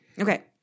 Okay